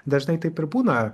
dažnai taip ir būna